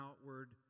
outward